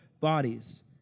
bodies